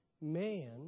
Man